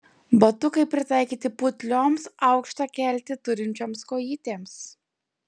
batukai pritaikyti putlioms aukštą keltį turinčioms kojytėms